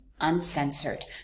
Uncensored